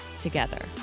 together